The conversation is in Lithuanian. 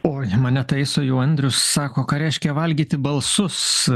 oi mane taiso jau andrius sako ką reiškia valgyti balsus